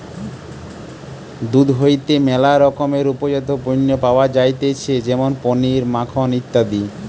দুধ হইতে ম্যালা রকমের উপজাত পণ্য পাওয়া যাইতেছে যেমন পনির, মাখন ইত্যাদি